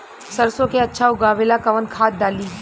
सरसो के अच्छा उगावेला कवन खाद्य डाली?